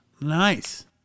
Nice